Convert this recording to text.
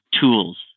tools